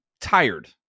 tired